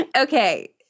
Okay